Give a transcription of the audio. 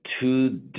two